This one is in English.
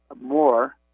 more